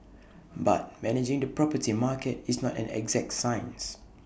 but managing the property market is not an exact science